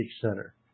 Center